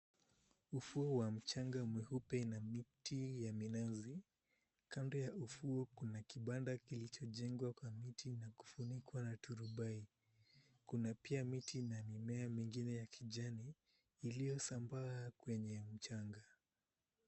Ufuo wa mchanga mweupe na miti ya minazi kando ya ufuo kuna kibanda kilichojengwa kwa miti na kufunikwa na turubai kuna pia miti na mimea mingine ya kijani iliyosambaa kwenye mchanga.